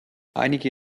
einige